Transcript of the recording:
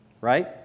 Right